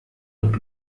und